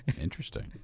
Interesting